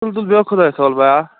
تُل تُل بیٚہو خۄدایس حوال بیا